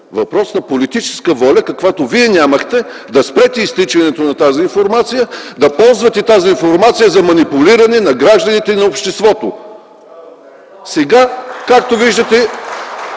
Въпрос на политическа воля, каквато вие нямахте, и да спрете изтичането на тази информация, да ползвате тази информация за манипулиране на гражданите и на обществото.